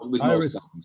Iris